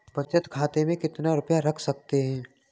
बचत खाते में कितना रुपया रख सकते हैं?